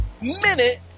Minute